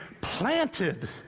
planted